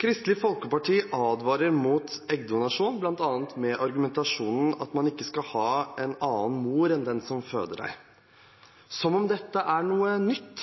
Kristelig Folkeparti advarer mot eggdonasjon bl.a. med den argumentasjonen at man ikke skal ha en annen mor enn den som føder deg – som om dette er noe nytt.